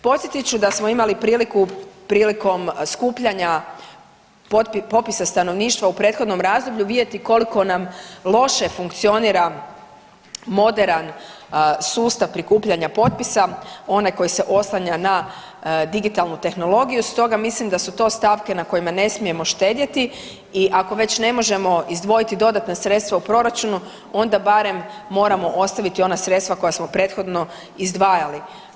Podsjetit ću da smo imali priliku prilikom skupljanja popisa stanovništva u prethodnom razdoblju vidjeti koliko nam loše funkcionira moderan sustav prikupljanja potpisa, onaj koji se oslanja na digitalnu tehnologiju stoga mislim da su to stavke na kojima ne smijemo štedjeti i ako već ne možemo izdvojiti dodatna sredstva u proračunu onda barem moramo ostaviti ona sredstva koja smo prethodno izdvajali.